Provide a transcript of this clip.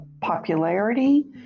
popularity